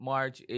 March